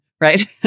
right